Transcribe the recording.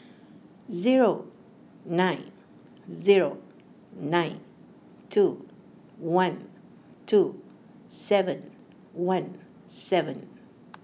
zero nine zero nine two one two seven one seven